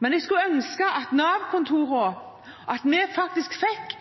men jeg skulle ønske at vi fikk et pasientrettet helsevesen som så at